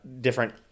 different